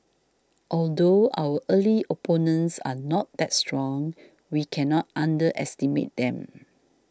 although our early opponents are not that strong we cannot underestimate them